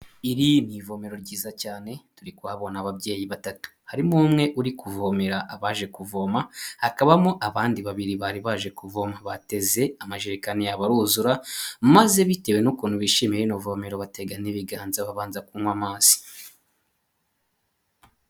Iri ni ivomero ryiza cyane turi kuhabona ababyeyi batatu, harimo umwe uri kuvomera abaje kuvoma, hakabamo abandi babiri bari baje kuvoma bateze amajerekani yabo aruzura, maze bitewe n'ukuntu bishimiye rino vomero batega n'ibiganza babanza kunywa amazi.